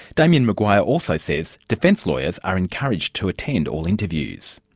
damien maguire also says defence lawyers are encouraged to attend all interviews.